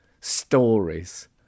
stories